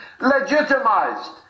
legitimized